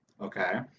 okay